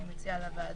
אני מציעה לוועדה